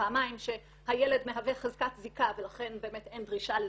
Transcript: פעמיים שהילד מהווה חזקת זיקה ולכן באמת אין דרישה לזיקה.